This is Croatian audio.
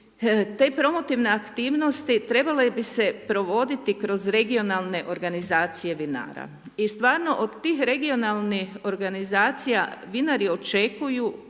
Te promotivne aktivnosti trebale bi se provoditi kroz regionalne organizacije vinara. I stvarno od tih regionalnih organizacija vinari očekuju